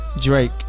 Drake